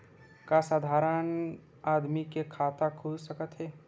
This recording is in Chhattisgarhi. का साधारण आदमी के खाता खुल सकत हे?